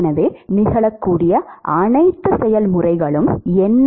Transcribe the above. எனவே நிகழக்கூடிய அனைத்து செயல்முறைகளும் என்ன